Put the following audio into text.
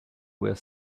were